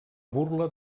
burla